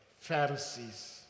Pharisees